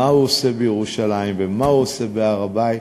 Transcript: מה הוא עושה בירושלים ומה הוא עושה בהר-הבית.